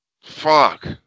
Fuck